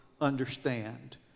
understand